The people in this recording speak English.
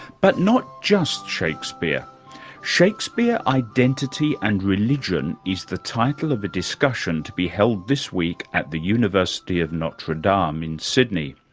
but not just shakespeare shakespeare identity and religion, is the title of the discussion to be held this week at the university of notre dame and um in sydney.